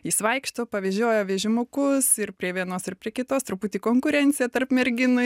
jis vaikšto pavežiojo vežimukus ir prie vienos ir prie kitos truputį konkurencija tarp merginų